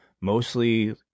mostly